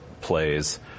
plays